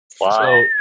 Wow